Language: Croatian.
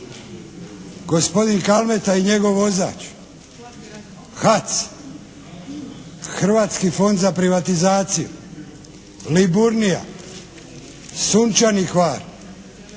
gospodin Kalmeta i njegov vozač, HAC, Hrvatski fond za privatizaciju, "Liburnija", "sunčani Hvar",